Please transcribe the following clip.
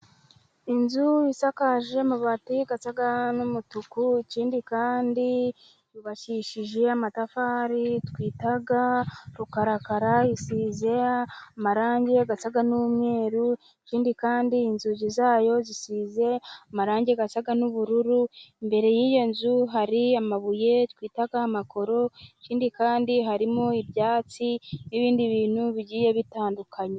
inzu isakaje amabati asa n'umutuku ikindi kandi yubakishije amatafari twita rukarakara, isize marangi asa n'umweru ikindi kandi inzugi zayo zisize amarangi asa n'ubururu, imbere y'iyo nzu hari amabuye twita amakoro, ikindi kandi harimo ibyatsi n'ibindi bintu bigiye bitandukanye.